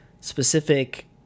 specific